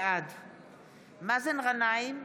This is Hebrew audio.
בעד מאזן גנאים,